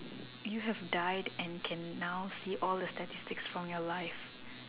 you have died and can now see all the statistics in your life